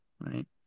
right